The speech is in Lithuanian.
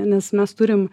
nes mes turim